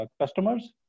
customers